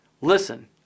Listen